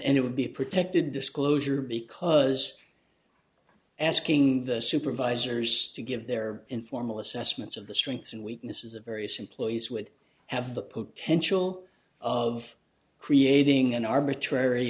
it would be protected disclosure because asking the supervisors to give their informal assessments of the strengths and weaknesses of various employees would have the potential of creating an arbitrary